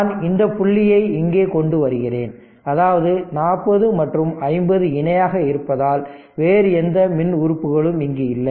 நான் இந்த புள்ளியை இங்கே கொண்டு வருகிறேன் அதாவது 40 மற்றும் 50 இணையாக இணையாக இருப்பதால் வேறு எந்த மின் உறுப்புகளும் இங்கு இல்லை